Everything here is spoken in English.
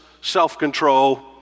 self-control